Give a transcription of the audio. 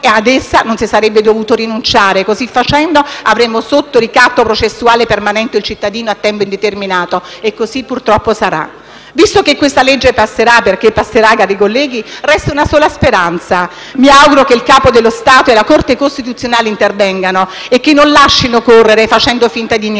e a essa non si sarebbe dovuto rinunciare. Così facendo, avremo sotto ricatto processuale permanente un cittadino a tempo indeterminato. E così purtroppo sarà. Visto che questa legge passerà - perché cari colleghi, sicuramente passerà - resta una sola speranza: mi auguro che il Capo dello Stato e la Corte costituzionale intervengano e che non lascino correre facendo finta di niente.